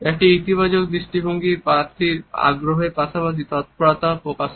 একটি ইতিবাচক দৃষ্টিভঙ্গি প্রার্থীর আগ্রহের পাশাপাশি তৎপরতাও প্রকাশ করে